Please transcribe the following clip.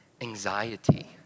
Anxiety